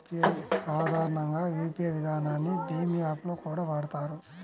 సాధారణంగా యూపీఐ విధానాన్ని భీమ్ యాప్ లో కూడా వాడతారు